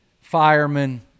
firemen